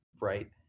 right